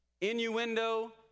Innuendo